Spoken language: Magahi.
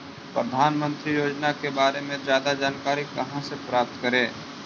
प्रधानमंत्री योजना के बारे में जादा जानकारी कहा से प्राप्त करे?